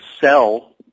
sell